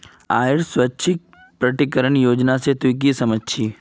आइर स्वैच्छिक प्रकटीकरण योजना से तू की समझ छि